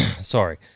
sorry